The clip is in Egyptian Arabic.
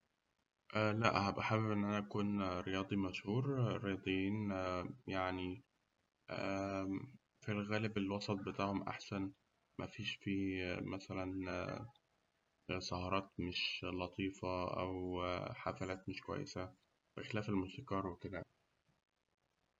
لا هأبقى حابب إن أنا أكون رياضي مشهور، الرياضيين يعني في الغالب الوسط بتاعهم أحسن، مفيش فيه مثلاً سهرات مش لطيفة، أو حفلات مش كويسة، بخلاف الموسيقار وكده.